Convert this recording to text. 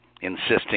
insisting